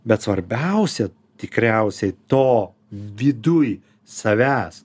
bet svarbiausia tikriausiai to viduj savęs